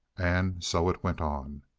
and so it went on.